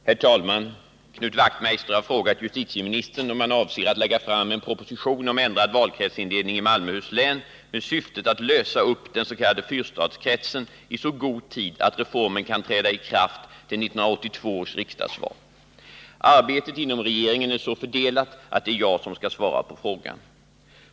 Herr talman! Knut Wachtmeister har frågat justitieministern om han avser att lägga fram en proposition om ändrad valkretsindelning i Malmöhus län — med syftet att lösa upp dens.k. fyrstadskretsen — i så god tid att reformen kan träda i kraft till 1982 års riksdagsval. Arbetet inom regeringen är så fördelat att det är jag som skall svara på frågan.